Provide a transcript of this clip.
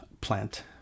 plant